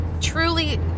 truly